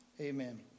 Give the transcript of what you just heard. amen